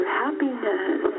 happiness